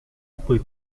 poi